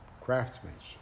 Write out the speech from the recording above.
craftsmanship